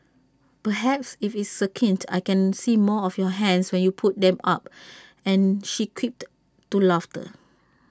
perhaps if it's succinct I can see more of your hands when you put them up and she quipped to laughter